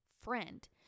friend